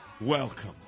Welcome